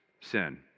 sin